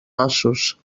ossos